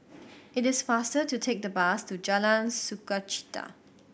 it is faster to take the bus to Jalan Sukachita